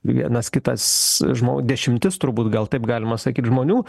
vienas kitas žmo dešimtis turbūt gal taip galima sakyt žmonių